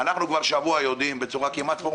כל הדברים הללו נבדקים ומטופלים.